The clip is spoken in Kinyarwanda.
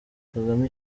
kagame